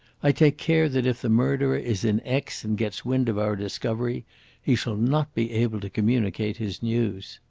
i take care that if the murderer is in aix and gets wind of our discovery he shall not be able to communicate his news.